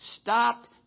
stopped